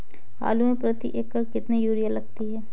आलू में प्रति एकण कितनी यूरिया लगती है?